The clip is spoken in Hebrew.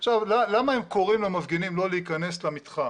עכשיו, למה הם קוראים למפגינים לא להיכנס למתחם?